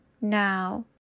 now